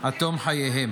עד תום חייהם,